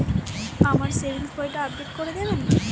আমার সেভিংস বইটা আপডেট করে দেবেন?